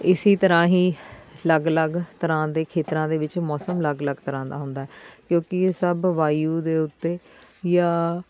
ਇਸ ਤਰ੍ਹਾਂ ਹੀ ਅਲੱਗ ਅਲੱਗ ਤਰ੍ਹਾਂ ਦੇ ਖੇਤਰਾਂ ਦੇ ਵਿੱਚ ਮੌਸਮ ਅਲੱਗ ਅਲੱਗ ਤਰ੍ਹਾਂ ਦਾ ਹੁੰਦਾ ਹੈ ਕਿਉਂਕਿ ਇਹ ਸਭ ਵਾਯੂ ਦੇ ਉੱਤੇ ਜਾਂ